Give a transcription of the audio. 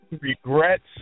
regrets